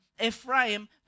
Ephraim